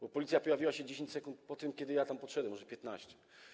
Bo Policja pojawiła się 10 sekund po tym, jak tam podszedłem, może piętnaście.